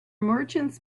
merchants